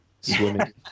swimming